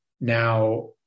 Now